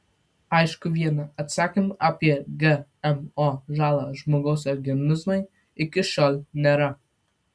aišku viena atsakymo apie gmo žalą žmogaus organizmui iki šiol nėra